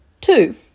Two